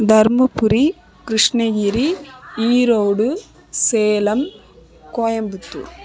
Dharmapuri Krishnagiri Erode Salem Coimbatore